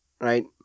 right